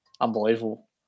unbelievable